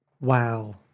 wow